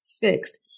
fixed